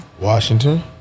Washington